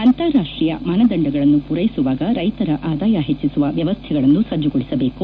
ಅಂತಾರಾಷ್ಟೀಯ ಮಾನದಂಡಗಳನ್ನು ಪೂರೈಸುವಾಗ ರೈತರ ಆದಾಯ ಹೆಚ್ಚಿಸುವ ವ್ಯವಸೈಗಳನ್ನು ಸಜ್ಜುಗೊಳಿಸಬೇಕು